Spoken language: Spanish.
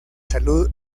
salud